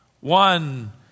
One